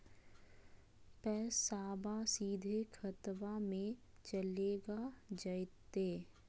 पैसाबा सीधे खतबा मे चलेगा जयते?